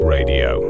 Radio